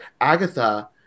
Agatha